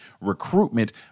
recruitment